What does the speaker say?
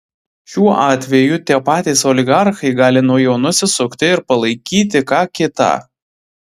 šiuo atveju tie patys oligarchai gali nuo jo nusisukti ir palaikyti ką kitą